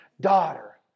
Daughter